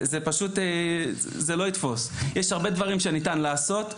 יש הרבה דברים שניתן לעשות.